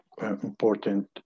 important